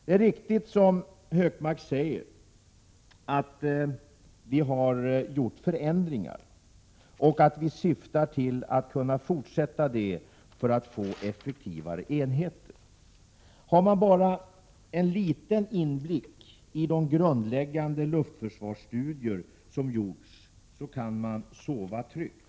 Det är riktigt som Hökmark säger att vi har gjort förändringar och att vi syftar till att fortsätta med det för att få effektivare enheter. Har man bara litet inblick i vad som har framkommit i de grundläggande luftförsvarsstudier som har gjorts kan man sova tryggt.